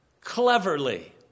cleverly